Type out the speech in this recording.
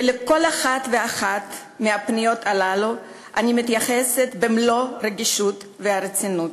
ולכל אחת ואחת מהפניות הללו אני מתייחסת במלוא הרגישות והרצינות.